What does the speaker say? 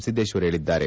ಸಿದ್ದೇಶ್ವರ್ ಹೇಳಿದ್ದಾರೆ